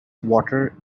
water